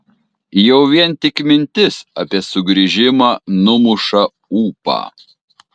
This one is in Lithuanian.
jau vien tik mintis apie sugrįžimą numuša ūpą